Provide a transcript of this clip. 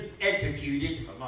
executed